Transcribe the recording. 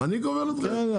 אני כובל אתכם?